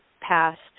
past